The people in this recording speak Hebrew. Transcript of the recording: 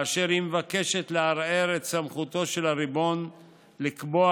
באשר היא מבקשת לערער את סמכותו של הריבון לקבוע